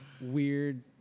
weird